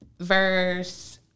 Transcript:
verse